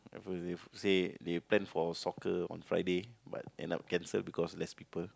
at first they say they plan for soccer on Friday but end up cancel because less people